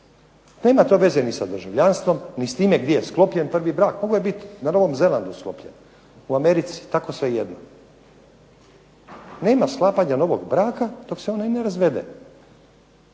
Nema to veze ni sa državljanstvom, ni s time gdje je sklopljen prvi brak. Mogao je biti na Novom Zelandu sklopljen, u Americi, tako svejedno. Nema sklapanja novog braka dok se on ne razvede.